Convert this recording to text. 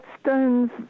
stones